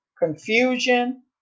Confusion